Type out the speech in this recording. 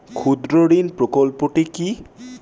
ক্ষুদ্রঋণ প্রকল্পটি কি?